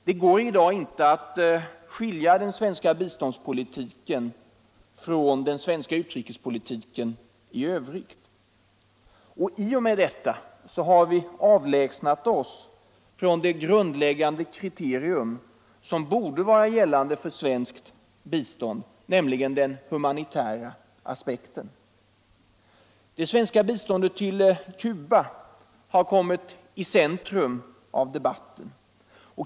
Det går i dag inte att skilja den svenska biståndspolitiken från den svenska utrikespolitiken i övrigt. I och med detta har vi avlägsnat oss från det grundläggande kriterium som borde vara gällande för svenskt bistånd, nämligen den humanitära aspekten. Det svenska biståndet till Cuba har kommit i centrum av debatten.